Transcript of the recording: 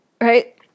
right